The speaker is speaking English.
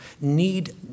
need